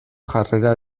jarrera